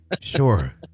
sure